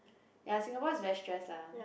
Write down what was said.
ya Singapore is very stressed lah